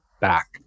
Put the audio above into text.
back